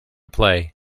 play